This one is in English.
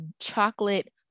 chocolate